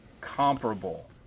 comparable